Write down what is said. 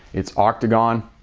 it's octagon,